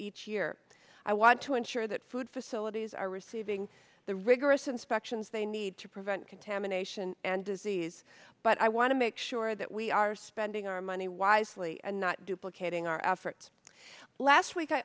each year i want to ensure that food facilities are rich moving the rigorous inspections they need to prevent contamination and disease but i want to make sure that we are spending our money wisely and not duplicating our efforts last week i